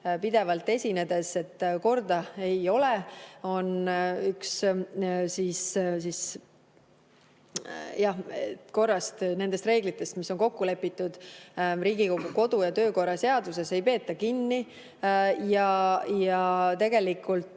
pidevalt esinedes, et korda ei ole. Korrast, nendest reeglitest, mis on kokku lepitud Riigikogu kodu- ja töökorra seaduses, ei peeta kinni. Ja tegelikult